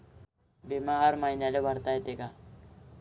बिमा हर मईन्याले भरता येते का?